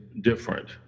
different